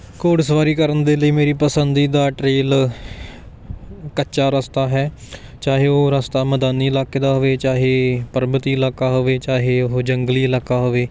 ਘੋੜ ਸਵਾਰੀ ਕਰਨ ਦੇ ਲਈ ਮੇਰੀ ਪਸੰਦੀਦਾ ਟਰੇਲ ਕੱਚਾ ਰਸਤਾ ਹੈ ਚਾਹੇ ਉਹ ਰਸਤਾ ਮੈਦਾਨੀ ਇਲਾਕੇ ਦਾ ਹੋਵੇ ਚਾਹੇ ਪਰਬਤੀ ਇਲਾਕਾ ਹੋਵੇ ਚਾਹੇ ਉਹ ਜੰਗਲੀ ਇਲਾਕਾ ਹੋਵੇ